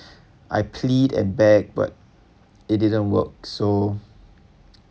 I plead and beg but it didn't work so